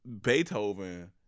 Beethoven